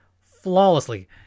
flawlessly